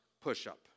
push-up